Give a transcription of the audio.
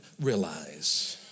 realize